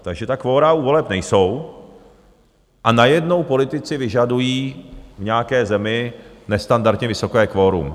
Takže ta kvora u voleb nejsou a najednou politici vyžadují v nějaké zemi nestandardně vysoké kvorum.